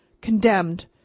Condemned